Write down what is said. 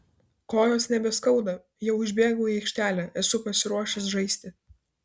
kojos nebeskauda jau išbėgau į aikštelę esu pasiruošęs žaisti